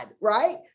right